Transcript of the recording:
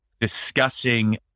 discussing